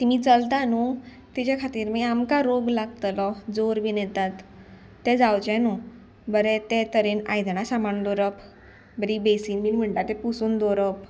तिमी चलता न्हू तेज्या खातीर मागीर आमकां रोग लागतलो जोर बीन येतात ते जावचे न्हू बरें ते तरेन आयदनां सामान दवरप बरी बेसीन बीन म्हणटा तें पुसून दवरप